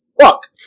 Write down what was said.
fuck